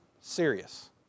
serious